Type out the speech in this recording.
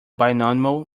binomial